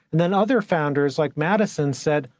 then other founders like madison said,